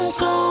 go